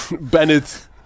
Bennett